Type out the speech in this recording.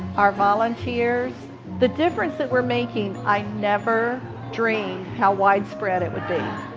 our volunteers. the difference that we're making, i never dreamed how widespread it would be.